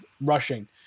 rushing